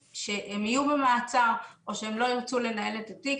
שיהיו במעצר או שהם לא ירצו לנהל את התיק,